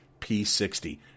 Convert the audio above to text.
P60